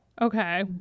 okay